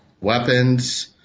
weapons